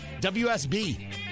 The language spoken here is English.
WSB